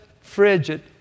frigid